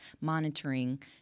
monitoring